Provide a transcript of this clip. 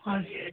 हजुर